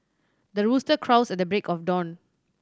the rooster crows at the break of dawn